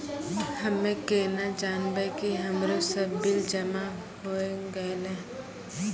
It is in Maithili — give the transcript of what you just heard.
हम्मे केना जानबै कि हमरो सब बिल जमा होय गैलै?